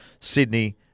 Sydney